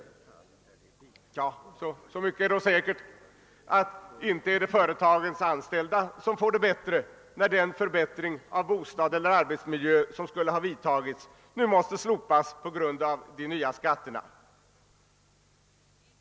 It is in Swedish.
Ja, så mycket är då säkert som att det inte är företagens anställda som får det bättre när de planer beträffande förbättring av bostadsoch arbetsmiljö, som skulle ha genomförts, nu måste inställas på grund av de nya skatterna.